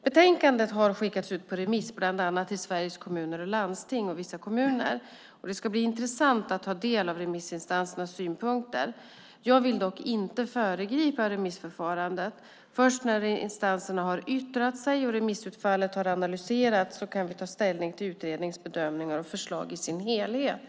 Betänkandet har skickats ut på remiss till bland annat Sveriges Kommuner och Landsting och vissa kommuner. Det ska bli intressant att ta del av remissinstansernas synpunkter. Jag vill dock inte föregripa remissförfarandet. Först när remissinstanserna har yttrat sig och remissutfallet har analyserats kan vi ta ställning till utredningens bedömningar och förslag i sin helhet.